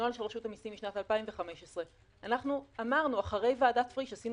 רשות המיסים משנת 2015. אחרי ועדת פריש עשינו